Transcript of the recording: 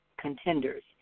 contenders